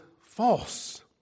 false